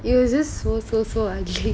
I was just so so so ugly